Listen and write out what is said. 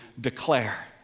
declare